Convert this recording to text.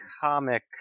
comic